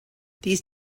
these